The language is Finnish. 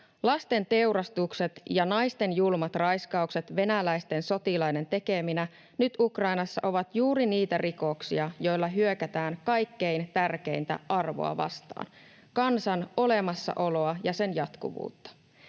Lasten teurastukset ja naisten julmat raiskaukset venäläisten sotilaiden tekeminä nyt Ukrainassa ovat juuri niitä rikoksia, joilla hyökätään kaikkein tärkeintä arvoa vastaan: kansan olemassaoloa ja sen jatkuvuutta.